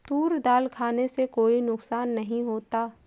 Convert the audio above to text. तूर दाल खाने से कोई नुकसान नहीं होता